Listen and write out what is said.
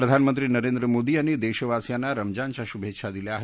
प्रधानमंत्री नरेंद्र मोदी यांनी देशवासियांना स्मजानच्या शुभेच्छा दिल्या आहेत